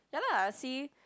ya lah see